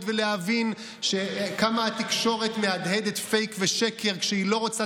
ולהבין כמה התקשורת מהדהדת פייק ושקר כשהיא לא רוצה